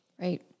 Right